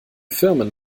firmen